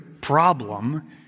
problem